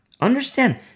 understand